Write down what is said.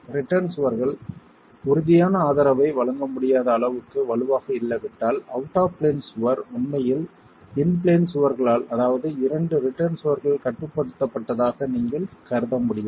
return சுவர்கள் உறுதியான ஆதரவை வழங்க முடியாத அளவுக்கு வலுவாக இல்லாவிட்டால் அவுட் ஆப் பிளேன் சுவர் உண்மையில் இன் பிளேன் சுவர்களால் அதாவது இரண்டு ரிட்டர்ன் சுவர்கள் கட்டுப்படுத்தப்பட்டதாக நீங்கள் கருத முடியாது